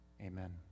Amen